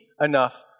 enough